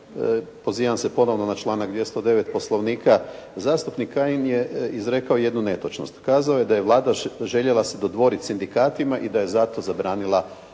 Pozivam se ponovno na članak 209. Poslovnika. Zastupnik Kajin je izrekao jednu netočnost. Kazao je da je Vlada željela se dodvoriti sindikatima i da je zato zabranila rad